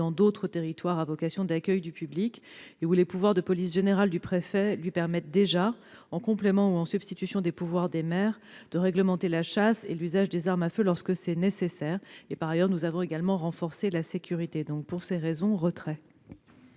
d'autres territoires à vocation d'accueil du public et où les pouvoirs de police générale du préfet lui permettent, en complément ou en substitution des pouvoirs des maires, de réglementer l'usage des armes à feu lorsque c'est nécessaire. Par ailleurs, nous avons déjà renforcé la sécurité. Le Gouvernement demande